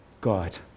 God